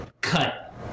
cut